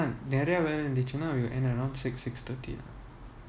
நிறைய வேலை இருந்துச்சுன்னா:niraiya velai irunthuchunaa we will end around six six thirty